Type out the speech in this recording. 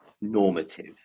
normative